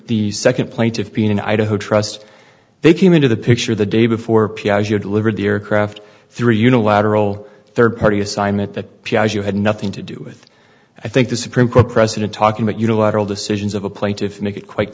the second plaintiff being in idaho trust they came into the picture the day before your delivered the aircraft three unilateral third party assignment that you had nothing to do with i think the supreme court president talking about unilateral decisions of a plaintiff make it quite